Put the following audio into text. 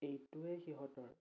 এইটোৱে সিহঁতৰ